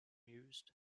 mused